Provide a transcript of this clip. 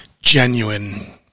genuine